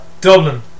Dublin